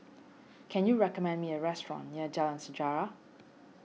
can you recommend me a restaurant near Jalan Sejarah